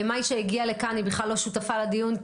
מאי שהגיעה לכאן היא בכלל לא שותפה לדיון,